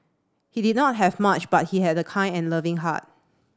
he did not have much but he had a kind and loving heart